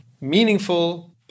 meaningful